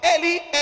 Eli